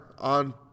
on